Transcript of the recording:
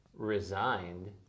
resigned